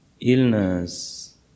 illness